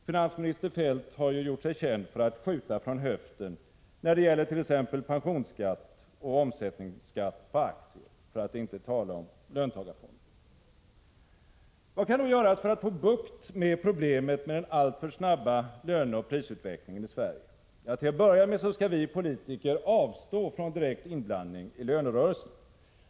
Finansminister Feldt har ju gjort sig känd för att skjuta från höften, när det gäller t.ex. pensionsskatt och omsättningsskatt på aktier, för att inte tala om löntagarfonderna. Vad kan då göras för att få bukt med problemet med den alltför snabba löneoch prisutvecklingen i Sverige? Till att börja med skall vi politiker avstå från direkt inblandning i lönerörelserna.